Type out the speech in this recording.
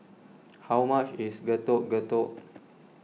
how much is Getuk Getuk